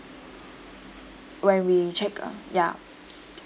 when we check out ya